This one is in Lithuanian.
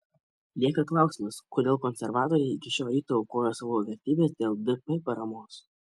lieka klausimas kodėl konservatoriai iki šio ryto aukojo savo vertybes dėl dp paramos